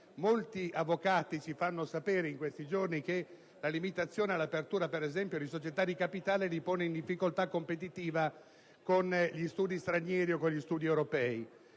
molti avvocati ci fanno sapere in questi giorni che la limitazione all'apertura, per esempio, di società di capitali li pone in difficoltà competitiva con gli studi stranieri o europei.